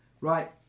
Right